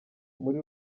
muri